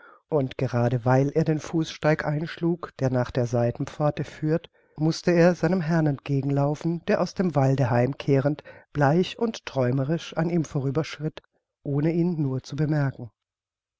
und gerade weil er den fußsteig einschlug der nach der seitenpforte führt mußte er seinem herrn entgegenlaufen der aus dem walde heimkehrend bleich und träumerisch an ihm vorüberritt ohne ihn nur zu bemerken